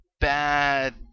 bad